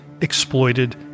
exploited